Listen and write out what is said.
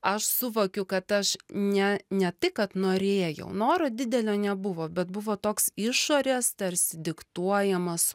aš suvokiau kad aš ne ne tai kad norėjau noro didelio nebuvo bet buvo toks išorės tarsi diktuojamas